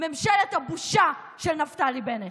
ממשלת הבושה של נפתלי בנט.